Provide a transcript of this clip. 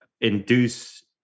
induce